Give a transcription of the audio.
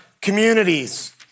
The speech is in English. communities